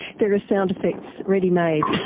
there are sound effects readymade.